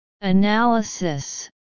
Analysis